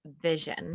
vision